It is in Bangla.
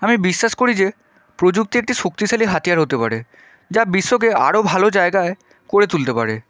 আমি বিশ্বাস করি যে প্রযুক্তি একটি শক্তিশালী হাতিয়ার হতে পারে যা বিশ্বকে আরও ভালো জায়গা করে তুলতে পারে